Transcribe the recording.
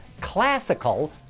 Classical